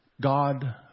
God